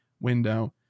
window